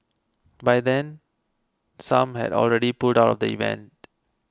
by then some had already pulled out of the event